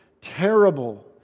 terrible